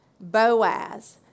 Boaz